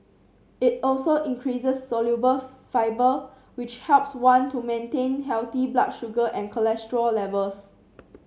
it also increases soluble fibre which helps one to maintain healthy blood sugar and cholesterol levels